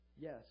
yes